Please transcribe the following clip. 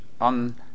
on